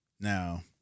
Now